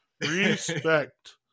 Respect